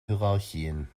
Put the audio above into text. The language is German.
hierarchien